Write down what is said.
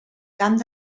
camp